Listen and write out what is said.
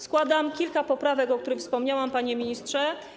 Składam kilka poprawek, o których wspomniałam, panie ministrze.